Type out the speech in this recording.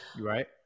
Right